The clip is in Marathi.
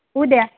उद्या